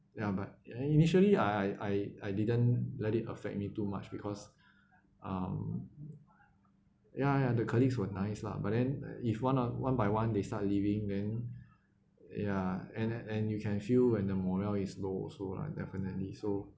ya but initially I I I didn't let it affect me too much because um ya ya the colleagues were nice lah but then like if one ah one by one they start leaving then ya and and you can feel when the morale is low also lah definitely so